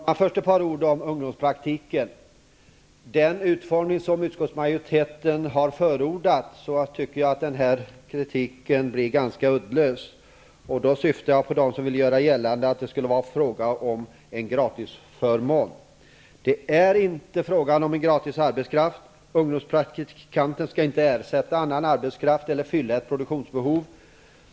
Fru talman! Först några ord om ungdomspraktiken. Med den utformning som utskottsmajoriteten har förordat blir den här kritiken ganska uddlös. Jag syftar då på dem som vill göra gällande att det skulle vara fråga om en gratisförmån. Det är inte fråga om gratis arbetskraft. Ungdomspraktikanten skall inte ersätta annan arbetskraft eller fylla ett produktionsbehov.